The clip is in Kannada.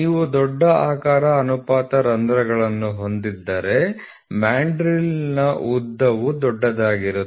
ನೀವು ದೊಡ್ಡ ಆಕಾರ ಅನುಪಾತ ರಂಧ್ರಗಳನ್ನು ಹೊಂದಿದ್ದರೆ ಮ್ಯಾಂಡ್ರಿಲ್ನ ಉದ್ದವು ದೊಡ್ಡದಾಗಿರುತ್ತದೆ